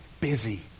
busy